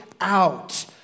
out